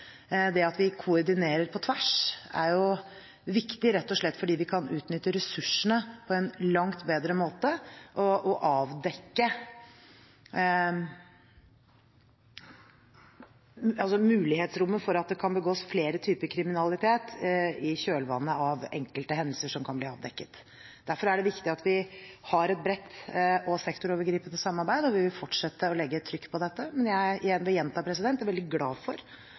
Det at vi koordinerer på tvers, er viktig – rett og slett fordi vi kan utnytte ressursene på en langt bedre måte, og fordi mulighetsrommet for flere typer kriminalitet i kjølvannet av enkelte hendelser kan bli avdekket. Derfor er det viktig at vi har et bredt og sektorovergripende samarbeid, og vi vil fortsette å legge trykk på dette. Jeg vil gjenta at jeg er veldig glad for